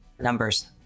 Numbers